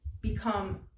become